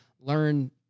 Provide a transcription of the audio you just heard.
learn